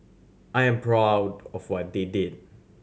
I am proud of what they did